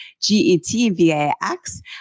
G-E-T-V-A-X